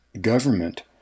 government